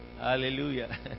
Hallelujah